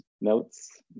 notes